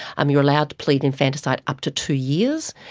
um you are allowed to plead infanticide up to two years.